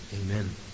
Amen